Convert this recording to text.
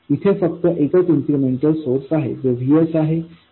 येथे फक्त एकच इन्क्रिमेंटल सोर्स आहे जो VS आहे